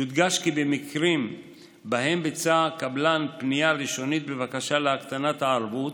יודגש כי במקרים שבהם ביצע הקבלן פנייה ראשונית בבקשה להקטנת הערבות